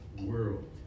world